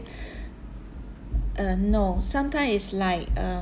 uh no sometime it's like uh